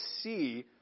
see